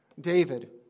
David